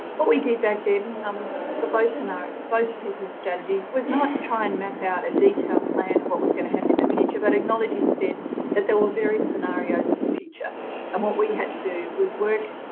what we did back then um for both scenarios, both pieces of strategy was not try and map out a detailed plan of what was going to happen in the future, but acknowledge instead that there were various scenarios of the future and what we had to do was work.